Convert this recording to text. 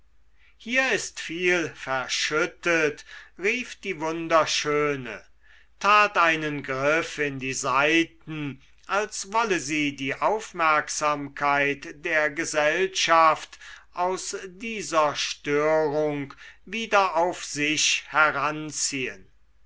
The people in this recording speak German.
hier ist viel verschüttet rief die wunderschöne tat einen griff in die saiten als wolle sie die aufmerksamkeit der gesellschaft aus dieser störung wieder auf sich heranziehen